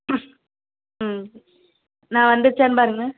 ம் ம் அண்ணா வந்துடுச்சான்னு பாருங்க